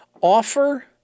offer